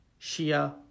Shia